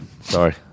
Sorry